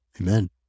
Amen